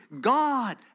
God